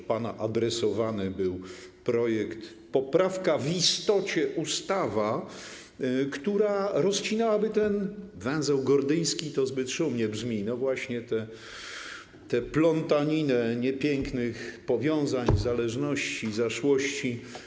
Do pana adresowany był projekt, poprawka, w istocie ustawa, która rozcinałaby ten węzeł gordyjski - to zbyt szumnie brzmi - właśnie tę plątaninę niepięknych powiązań, zależności, zaszłości.